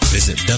Visit